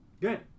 Good